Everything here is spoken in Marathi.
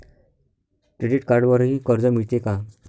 क्रेडिट कार्डवरही कर्ज मिळते का?